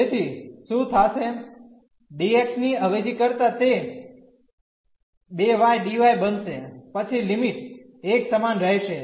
તેથી શું થાશે dx ની અવેજી કરતા તે 2 y dy બનશે પછી લિમિટ એક સમાન રહેશે